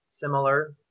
similar